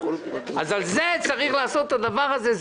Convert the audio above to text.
אז על זה צריך לעשות את הדבר הזה?